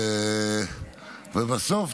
אבל בסוף,